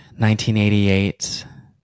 1988